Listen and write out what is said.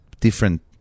different